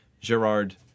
Gerard